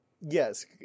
Yes